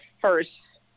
first